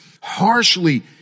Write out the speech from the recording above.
harshly